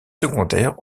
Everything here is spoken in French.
secondaires